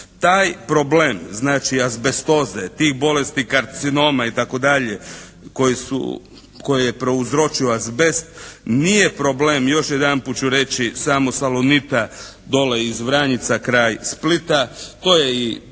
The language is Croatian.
Taj problem znači azbestoze, tih bolesti karcinoma itd., koje su, koje je prouzročio azbest nije problem još jedanput ću reći samo "Salonita" dole iz Vranjica kraj Splita. To je i